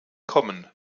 kommen